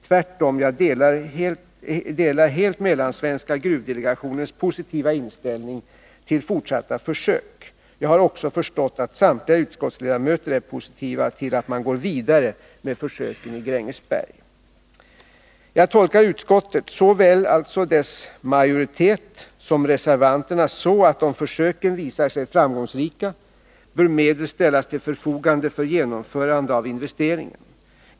Tvärtom delar jag helt Mellansvenska gruvdelegationens positiva inställning till fortsatta försök. Jag har också förstått att samtliga utskottsledamöter är positiva till att man går vidare med försöken i Grängesberg. Jag tolkar utskottet — alltså såväl dess majoritet som reservanterna — så att om försöken visar sig framgångsrika bör medel ställas till förfogande för genomförande av investeringen.